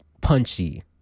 punchy